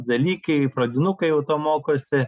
dalykai pradinukai jau to mokosi